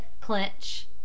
Clinch